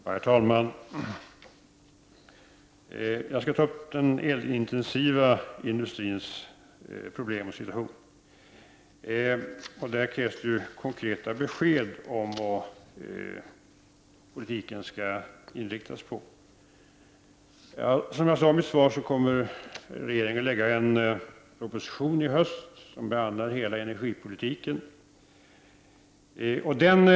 Herr talman! Jag skall ta upp den elintensiva industrins problem och situation. I detta sammanhang krävs det konkreta beslut om politikens inriktning. Som jag sade i mitt svar kommer regeringen att lägga fram en proposition i höst i vilken hela energipolitiken behandlas.